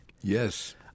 Yes